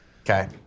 Okay